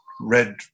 red